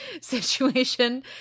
Situation